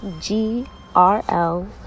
g-r-l